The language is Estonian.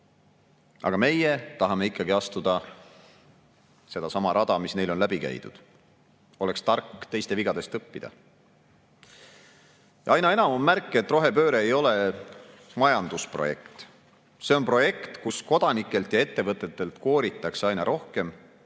Aga meie tahame ikkagi astuda sedasama rada, mis neil on läbi käidud. Oleks tark teiste vigadest õppida. Aina enam on märke, et rohepööre ei ole majandusprojekt. See on projekt, millega kodanikelt ja ettevõtetelt kooritakse aina rohkem,